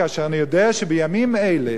כאשר אני יודע שבימים אלה